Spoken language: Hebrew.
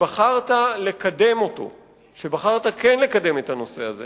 שבחרת כן לקדם את הנושא הזה.